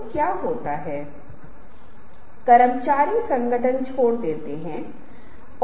इसलिए यही वह स्थिति है जिसके अनुसार आप अपनी प्रस्तुति को रणनीतिक रूप से विकसित करते हैं